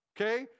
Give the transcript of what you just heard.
Okay